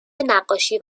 نقاشی